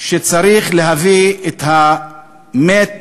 שצריך להביא את המת